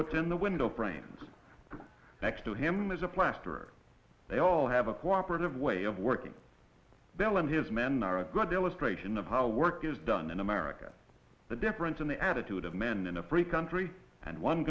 what's in the way window frames next to him is a plaster they all have a cooperative way of working bell and his men are a good illustration of how work is done in america the difference in the attitude of men in a free country and one